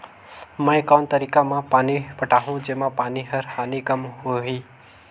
मैं कोन तरीका म पानी पटाहूं जेमा पानी कर हानि कम होही?